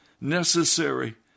necessary